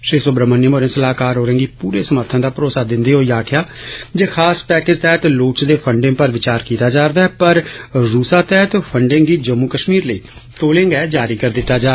श्री सुब्रहमणयम होरें सलाहकार होरें गी पूरे समर्थन दा भरोसा दिन्दे होई आक्खेआ जे खास पैकेज तैहत लोडचदे फंडे पर वचार कीता जा करदा ऐ पर रुसा तैहत फंडे गी जम्मू कश्मीर लेई तौलें गै जारी करी दिता जाग